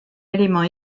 élément